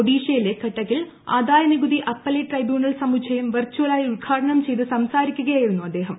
ഒഡീഷയിലെ കട്ടക്കിൽ ആദായനികുതി അപ്പലേറ്റ് ട്രൈബ്യൂണൽ സമുച്ചയം വിർചലായി ഉദ്ഘാടനം ചെയ്തു സംസാരിക്കുകയായിരുന്നു അദ്ദേഹം